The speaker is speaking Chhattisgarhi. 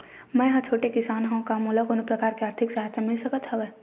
मै ह छोटे किसान हंव का मोला कोनो प्रकार के आर्थिक सहायता मिल सकत हवय?